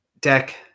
Deck